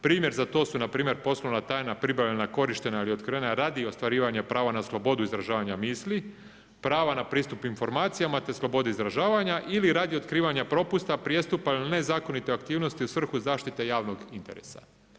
Primjer za to su na primjer poslovna tajna pribavljanja, korištenja ili otkrivanja radi ostvarivanja prava na slobodu izražavanja misli, prava na pristup informacijama te slobodi izražavanja ili radi otkrivanja propusta, prijestupa ili nezakonite aktivnosti u svrhu zaštite javnog interesa.